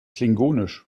klingonisch